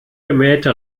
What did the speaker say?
gemähte